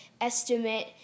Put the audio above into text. estimate